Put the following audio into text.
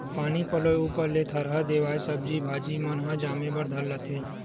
पानी पलोय ऊपर ले थरहा देवाय सब्जी भाजी मन ह जामे बर धर लेथे